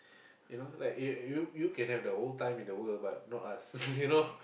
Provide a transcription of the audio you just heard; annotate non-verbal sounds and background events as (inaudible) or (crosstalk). you know right you you you can have the whole time in the world but not us (laughs) you know